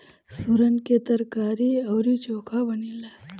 सुरन के तरकारी अउरी चोखा बनेला